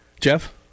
Jeff